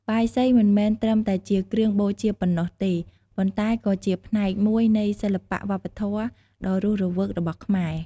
បាយសីមិនមែនត្រឹមតែជាគ្រឿងបូជាប៉ុណ្ណោះទេ ប៉ុន្តែក៏ជាផ្នែកមួយនៃ សិល្បៈវប្បធម៌ ដ៏រស់រវើករបស់ខ្មែរ។